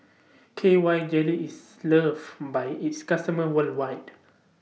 K Y Jelly IS loved By its customers worldwide